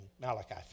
malachi